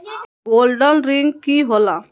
Gold ऋण की होला?